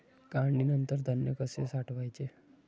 काढणीनंतर धान्य कसे साठवायचे?